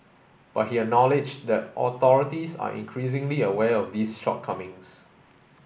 but he acknowledged that authorities are increasingly aware of these shortcomings